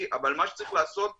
אנחנו לא ממציאים פה.